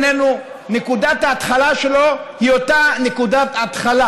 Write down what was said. נקודת ההתחלה שלו היא אותה נקודת התחלה.